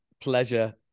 Pleasure